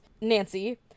Nancy